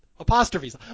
apostrophes